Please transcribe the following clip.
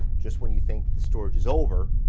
just when you think the storage is over,